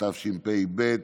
התשפ"ב 2022,